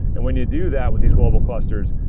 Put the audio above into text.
and when you do that with these global clusters,